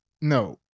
no